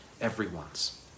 Everyone's